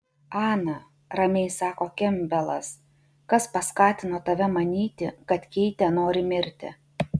ana ramiai sako kempbelas kas paskatino tave manyti kad keitė nori mirti